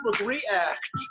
react